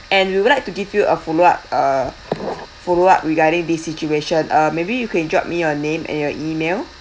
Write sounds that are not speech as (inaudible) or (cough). and we would like to give you a follow up uh (noise) follow up regarding this situation uh maybe you can drop me your name and your email